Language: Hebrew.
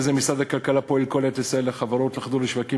משרד הכלכלה פועל כל העת לסייע לחברות לחדור לשווקים